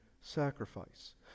sacrifice